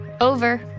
over